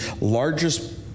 largest